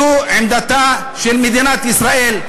זו עמדתה של מדינת ישראל.